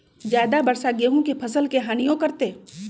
ज्यादा वर्षा गेंहू के फसल के हानियों करतै?